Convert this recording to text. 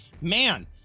man